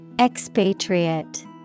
Expatriate